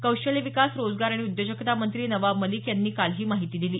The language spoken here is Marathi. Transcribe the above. कौशल्य विकास रोजगार आणि उद्योजकता मंत्री नवाब मलिक यांनी काल ही माहिती दिली